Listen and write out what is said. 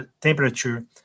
temperature